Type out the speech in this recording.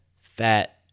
fat